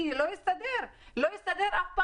כי זה לא יסתדר אף פעם,